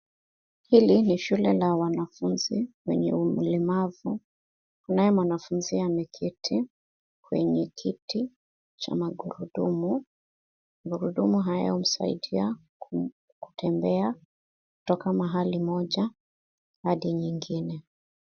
Hili ni shule ya wanafunzi wenye ulemavu kunaye mwanafunzi ameketi kwenye Kiti cha Magurudumu . Magurudumu haya husaidia kutembea kutoka mahali moja hadi nyingine .